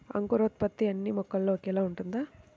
అంకురోత్పత్తి అన్నీ మొక్కల్లో ఒకేలా ఉంటుందా?